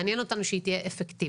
מעניין אותנו שהיא תהיה אפקטיבית.